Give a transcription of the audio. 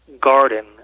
garden